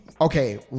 Okay